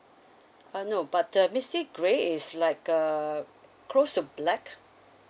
uh no but the misty grey is like uh close to black